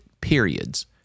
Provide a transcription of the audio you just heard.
periods